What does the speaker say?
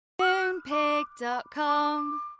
Moonpig.com